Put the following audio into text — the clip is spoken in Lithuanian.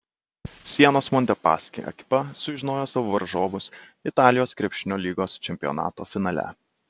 sienos montepaschi ekipa sužinojo savo varžovus italijos krepšinio lygos čempionato finale